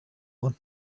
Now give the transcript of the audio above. want